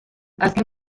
azken